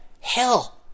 hell